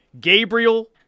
Gabriel